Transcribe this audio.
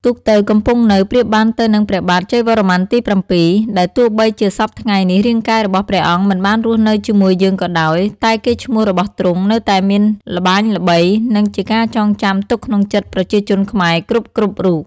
ទូកទៅកំពង់នៅ ប្រៀបបានទៅនឹង ព្រះបាទ ជ័យវរ្ម័នទី៧ ដែលទោះបីជាសព្វថ្ងៃនេះ រាងកាយរបស់ព្រះអង្គមិនបានរស់នៅជាមួយយើងក៏ដោយ តែកេរ្តិ៍ឈ្មោះរបស់ទ្រង់នៅតែមានល្បាញល្បីនិងជាការចងចាំទុកក្នុងចិត្តប្រជាជនខ្មែរគ្រប់ៗរូប។